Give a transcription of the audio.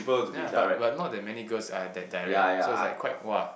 ya but but not that many girls are that direct eh so it's like quite !wah!